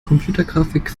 computergrafik